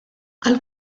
għal